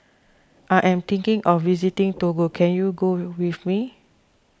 I am thinking of visiting Togo can you go with me